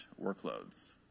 workloads